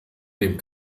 dem